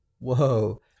Whoa